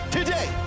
Today